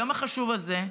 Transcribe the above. היום החשוב הזה,